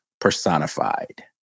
personified